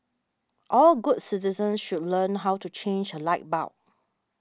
all good citizens should learn how to change a light bulb